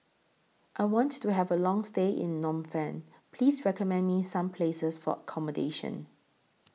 I want to Have A Long stay in Phnom Penh Please recommend Me Some Places For accommodation